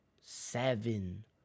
Seven